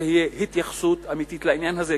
שתהיה התייחסות אמיתית לעניין הזה.